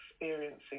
experiencing